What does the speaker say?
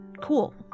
Cool